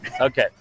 Okay